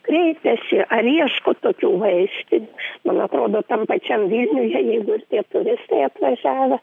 kreipiasi ar ieško tokių vaistinių man atrodo tam pačiam vilniuje jeigu ir tie turistai atvažiavę